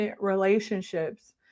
relationships